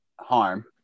harm